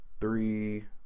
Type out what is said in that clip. three